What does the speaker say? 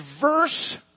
verse